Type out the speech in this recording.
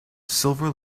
silver